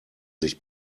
sich